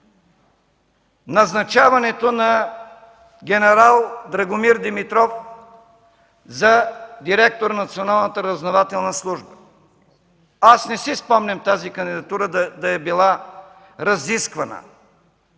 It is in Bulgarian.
назначаването на генерал Драгомир Димитров за директор на Националната разузнавателна служба? Аз не си спомням тази кандидатура да е била разисквана,